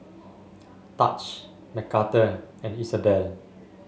Tahj Mcarthur and Isabell